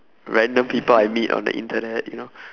random people I meet on the internet you know